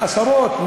עשרות,